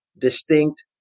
distinct